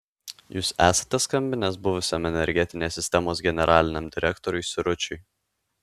jūs esate skambinęs buvusiam energetinės sistemos generaliniam direktoriui siručiui